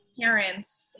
parents